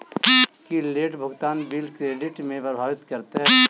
की late भुगतान bill credit केँ प्रभावित करतै?